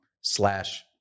slash